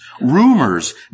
rumors